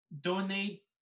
donate